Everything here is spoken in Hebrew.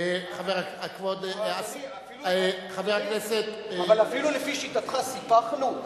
אדוני, אבל אפילו לפי שיטתך סיפחנו?